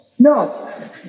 No